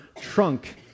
trunk